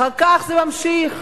אחר כך זה ממשיך.